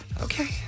Okay